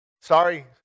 Sorry